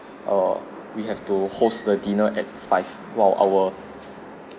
err we have to host the dinner at five while our